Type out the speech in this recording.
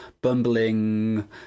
bumbling